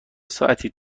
ساعتی